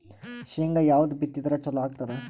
ಶೇಂಗಾ ಯಾವದ್ ಬಿತ್ತಿದರ ಚಲೋ ಆಗತದ?